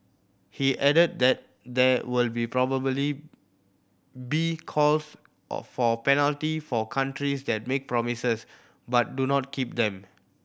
he added that there will probably be calls or for penalty for countries that make promises but do not keep them